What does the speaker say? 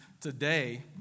today